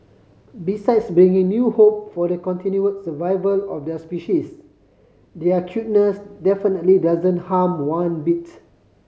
besides bringing new hope for the continue survival of their species their cuteness definitely doesn't harm one bits